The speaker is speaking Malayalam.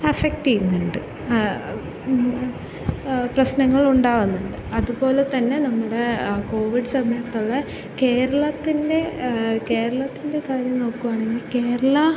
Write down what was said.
എഫ്ഫക്റ്റ് ചെയ്യുന്നുണ്ട് പ്രശ്നങ്ങളുണ്ടാകുന്നുണ്ട് അതുപോലെ തന്നെ നമ്മുടെ കോവിഡ് സമയത്തുള്ള കേരളത്തിൻ്റെ കേരളത്തിൻ്റെ കാര്യം നോക്കുകയാണെങ്കിൽ കേരള